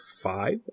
five